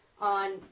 on